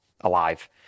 alive